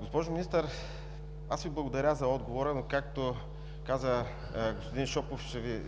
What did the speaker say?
Госпожо Министър, аз Ви благодаря за отговора, но както каза господин Шопов, ще